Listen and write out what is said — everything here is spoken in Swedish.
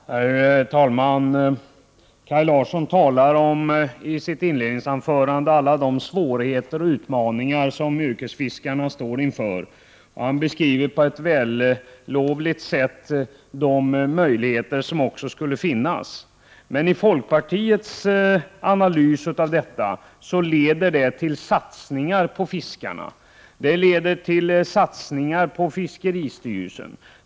Herr talman! Kaj Larsson talar i sitt inledningsanförande om alla de svårigheter och utmaningar som yrkesfiskarna står inför. Han beskriver på ett vällovligt sätt de möjligheter som också skulle finnas. Men folkpartiets analys av detta leder till satsningar på fiskarna. Det leder till satsningar på fiskeristyrelsen.